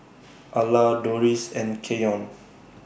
Ala Dorris and Keyon